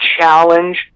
challenge